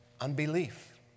Unbelief